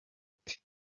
ate